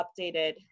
updated